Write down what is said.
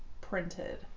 printed